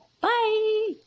Bye